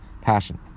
passion